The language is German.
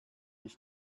ich